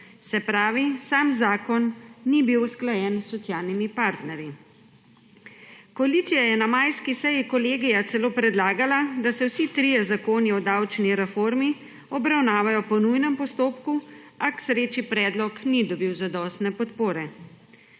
Se pravi, sam zakon ni bil usklajen s socialnimi partnerji. Koalicija je na majski seji kolegija celo predlagala, da se vsi trije zakoni o davčni reformi obravnavajo po nujnem postopku, a k sreči predlog ni dobil zadostne podpore.